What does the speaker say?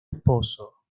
esposo